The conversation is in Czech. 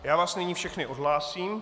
Já vás nyní všechny odhlásím.